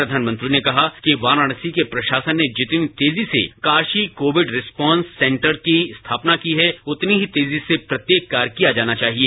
प्रषानमंत्री ने कहा कि वाराणसी के प्रशासन ने खितनी तेजी से काशी कोविड रिपोन्स सेंटर की स्थापना की उतनी ही तेजी से प्रत्येक कार्य किया जाना चाहिए